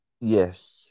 Yes